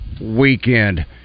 weekend